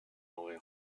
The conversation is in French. l’envers